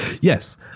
Yes